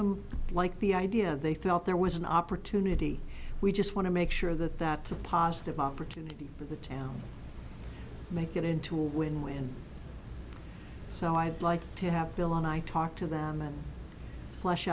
them like the idea they felt there was an opportunity we just want to make sure that that a positive opportunity for the town make it into a win win so i'd like to have bill and i talk to them and flesh